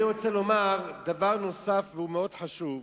אני רוצה לומר דבר נוסף, והוא מאוד חשוב.